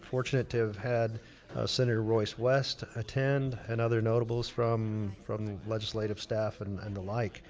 fortunate to have had senator royce west attend and other notables from from legislative staff and and the like.